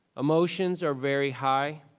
emotions are very high